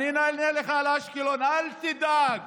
אני אענה לך על אשקלון, אל תדאג.